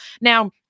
Now